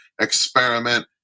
experiment